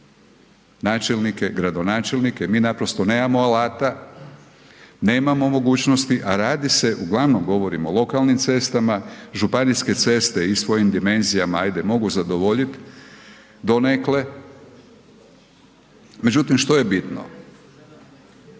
načelnike, gradonačelnike, mi naprosto nemamo alata, nemamo mogućnosti a radi se uglavnom govorim o lokalnim cestama, županijske ceste svojim dimenzijama, ajde mogu zadovoljit donekle, međutim što je bitno?